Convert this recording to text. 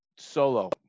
Solo